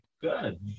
Good